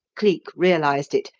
cleek realised it,